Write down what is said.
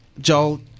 Joel